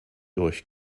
durch